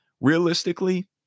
Realistically